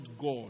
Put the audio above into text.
God